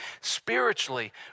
spiritually